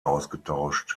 ausgetauscht